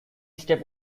step